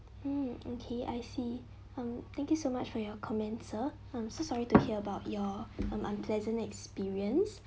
hmm okay I see um thank you so much for your comments sir um so sorry to hear about your um unpleasant experience